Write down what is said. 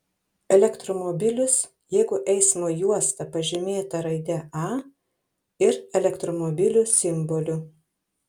elektromobilius jeigu eismo juosta pažymėta raide a ir elektromobilių simboliu